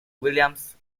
williams